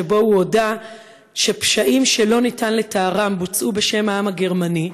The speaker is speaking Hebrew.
שבו הוא הודה שפשעים שאי-אפשר לתארם בוצעו בשם העם הגרמני,